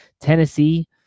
Tennessee